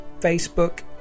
facebook